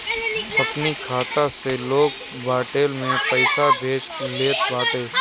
अपनी खाता से लोग वालेट में पईसा भेज लेत बाटे